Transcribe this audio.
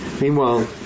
Meanwhile